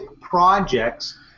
projects